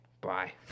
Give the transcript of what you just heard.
Bye